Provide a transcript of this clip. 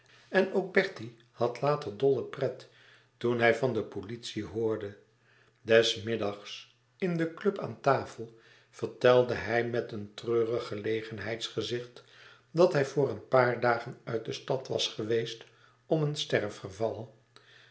en ook bertie had later dolle pret toen hij van de politie hoorde des middags in de club aan tafel vertelde hij met een treurig gelegenheidsgezicht dat hij voor een paar dagen uit de stad was geweest om een